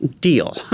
deal